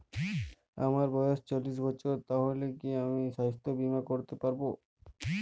আমার বয়স চল্লিশ বছর তাহলে কি আমি সাস্থ্য বীমা করতে পারবো?